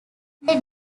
they